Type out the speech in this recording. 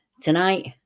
Tonight